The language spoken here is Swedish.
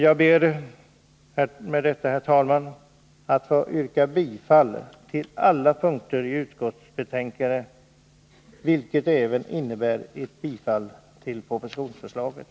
Jag ber med detta, herr talman, att få yrka bifall till hemställan i utskottsbetänkandet på alla punkter, vilket även innebär ett bifall till propositionsförslaget.